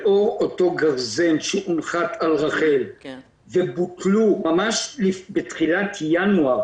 לאור אותו גרזן שהונחת על רח"ל ובוטלו בתחילת ינואר